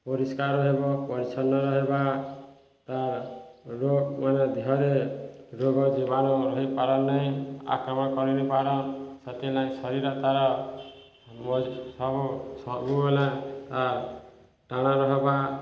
ପରିଷ୍କାର ରହିବ ପରିଚ୍ଛନ୍ନ ରହିବ ତାର ଦେହରେ ରୋଗ ଜୀବାଣୁ ରହିପାରେ ନାହିଁ ଆକ୍ରମଣ କରିପାରେନି ସେଥିଲାଗି ଶରୀର ତାର ସବୁ ସବୁବେଳେ ଟାଣ ରହିବା